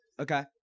Okay